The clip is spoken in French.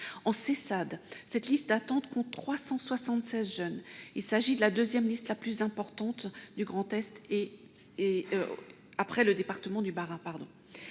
Sessad, cette liste d'attente compte 376 jeunes ; il s'agit de la deuxième liste la plus importante du Grand Est après le département du Bas-Rhin.